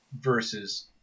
versus